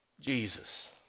Jesus